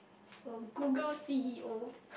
uh Google C_E_O